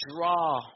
draw